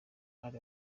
hari